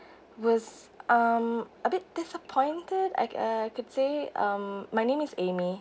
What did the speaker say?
was um a bit disappointed like uh I could say um my name is amy